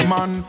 Man